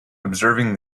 observing